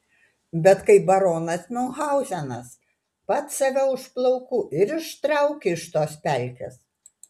bet kaip baronas miunchauzenas pats save už plaukų ir ištrauki iš tos pelkės